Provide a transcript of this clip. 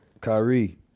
Kyrie